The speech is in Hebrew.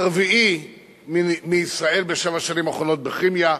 הרביעי מישראל בשבע השנים האחרונות בכימיה,